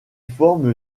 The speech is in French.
forment